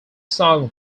song